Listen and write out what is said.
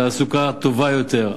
תעסוקה טובה יותר,